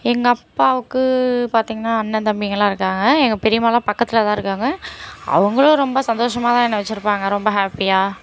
எங்கள் அப்பாவுக்கு பார்த்தீங்கன்னா அண்ணன் தம்பிங்கள்லாம் இருக்காங்க எங்கள் பெரியம்மாலாம் பக்கத்தில் தான் இருக்காங்க அவங்களும் ரொம்ப சந்தோஷமாக தான் என்ன வெச்சுருப்பாங்க ரொம்ப ஹேப்பியாக